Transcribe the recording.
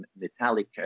metallic